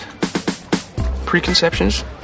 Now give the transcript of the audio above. preconceptions